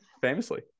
famously